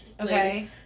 Okay